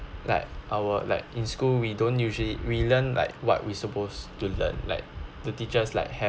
like our like in school we don't usually we learn like what we supposed to learn like the teachers like have